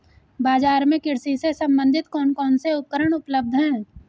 बाजार में कृषि से संबंधित कौन कौन से उपकरण उपलब्ध है?